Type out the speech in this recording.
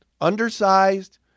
undersized